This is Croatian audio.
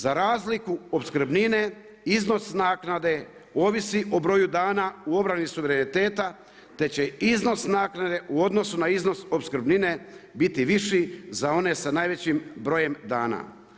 Za razliku opskrbnine iznos naknade ovisi o broju dana u obrani suvereniteta te će iznos naknade u odnosu na iznos opskrbnine biti viši za one sa najvećim brojem dana.